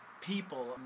people